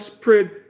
spread